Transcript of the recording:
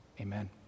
amen